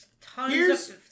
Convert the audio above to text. Tons